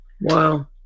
wow